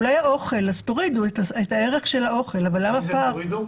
אולי האוכל פחת אז תורידו את הערך של המזון אבל למה -- מי זה תורידו?